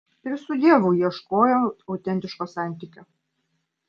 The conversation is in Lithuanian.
ir su dievu ieškojo autentiško santykio